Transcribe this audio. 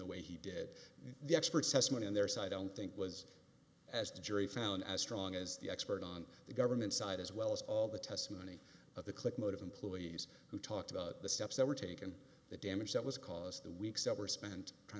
the way he did the expert testimony on their side i don't think was as the jury found as strong as the expert on the government side as well as all the testimony of the click motive employees who talked about the steps that were taken the damage that was caused the weeks that were spent trying